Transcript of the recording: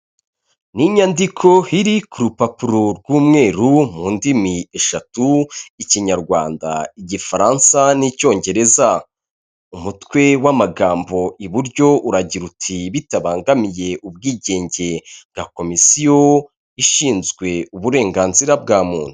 Ni inyandiko iri ku rupapuro rw'umweru mu ndimi eshatu ikinyarwanda, igifaransa n'icyongereza. Umutwe w'amagambo iburyo uragira uti” Bitabangamiye ubwigenge bwa komisiyo ishinzwe uburenganzira bwa muntu”.